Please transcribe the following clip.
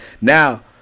now